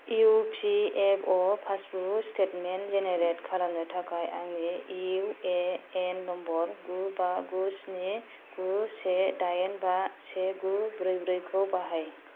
E P F O passbook statement generate खालामनो थाखाय आंनि इउ ए एन नाम्बार गु बा गु स्नि गु से दाइन बा से गु ब्रै ब्रै खौ बाहाय